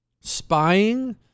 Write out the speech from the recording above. spying